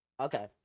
Okay